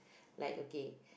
like okay